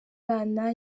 bana